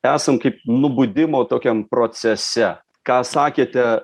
esam kaip nubudimo tokiam procese ką sakėte